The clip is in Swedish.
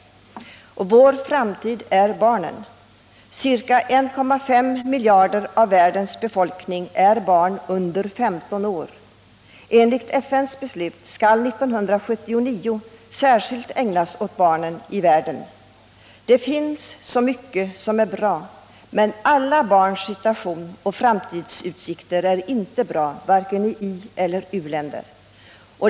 Vår framtid är barnen. Ca 1,5 miljarder av världens befolkning är barn under 15 år. Enligt FN:s beslut skall 1979 särskilt ägnas åt barnen i världen. Det finns så mycket som är bra, men alla barns situation och framtidsutsikter är inte bra, varken i ieller i u-länder.